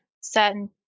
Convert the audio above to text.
certain